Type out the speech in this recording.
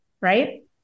right